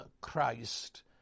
Christ